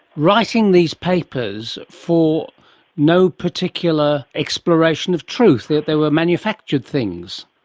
writing these papers for no particular exploration of truth, they were manufactured things?